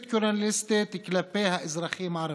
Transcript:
קולוניאליסטית כלפי האזרחים הערבים.